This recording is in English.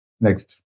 Next